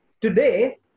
today